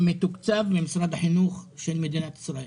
מתוקצבת על ידי משרד החינוך של מדינת ישראל.